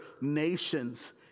nations